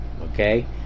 Okay